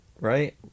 Right